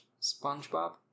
Spongebob